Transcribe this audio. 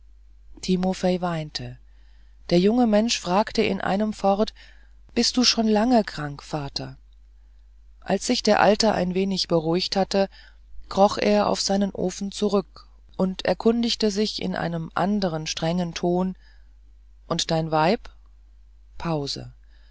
timofei weinte der junge mensch fragte in einem fort bist du schon lange krank vater als sich der alte ein wenig beruhigt hatte kroch er auf seinen ofen zurück und erkundigte sich in einem anderen strengen ton und dein weib pause